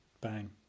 bang